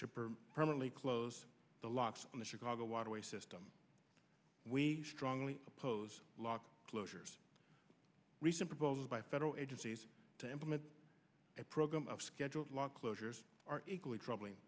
to permanently close the locks in the chicago waterway system we strongly oppose lock closures recent proposed by federal agencies to implement a program of scheduled law closures are equally troubling